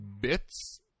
Bits